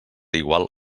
igual